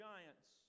Giants